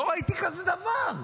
לא ראיתי כזה דבר.